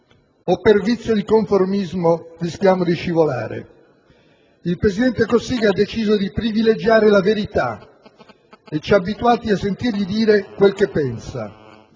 o per vizio di conformismo, rischiamo di scivolare. Il presidente Cossiga ha deciso di privilegiare la verità e ci ha abituati a sentirgli dire quello che pensa: